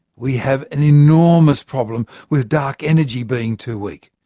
we have an enormous problem with dark energy being too weak.